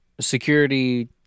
Security